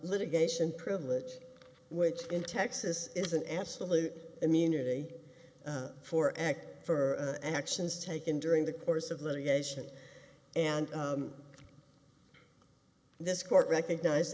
litigation privilege which in texas is an absolute immunity for act for actions taken during the course of litigation and this court recognize